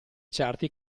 certi